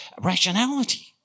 rationality